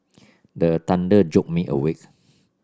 the thunder jolt me awake